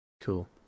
Cool